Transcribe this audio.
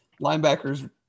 linebackers